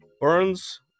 Burns